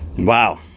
Wow